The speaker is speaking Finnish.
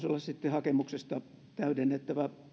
hakemuksesta täydennettävä